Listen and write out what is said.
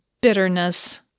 Bitterness